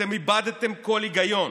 אתם איבדתם כל היגיון.